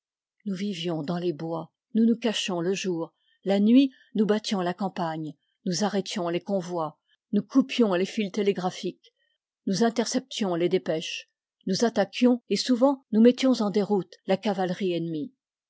nous vivions dans les bois nous nous cachions le jour la nuit nous battions la campagne nous arrêtions les convois nous cou pions les fils télégraphiques nous interceptions les dépêches nous attaquions et souvent nous mettions en déroute la cavalerie ennemie